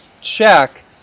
check